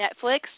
Netflix